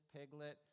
piglet